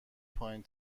پایین